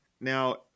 Now